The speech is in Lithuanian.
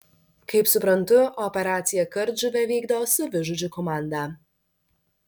kaip suprantu operaciją kardžuvė vykdo savižudžių komanda